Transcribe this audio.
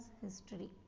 history